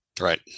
Right